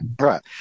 Right